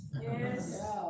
Yes